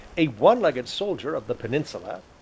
a one-legged soldier of the peninsula,